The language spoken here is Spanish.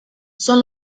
son